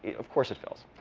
of course it fails.